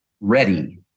ready